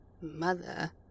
Mother